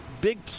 big